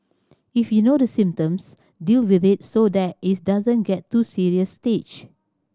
if you know the symptoms deal with it so that it doesn't get to a serious stage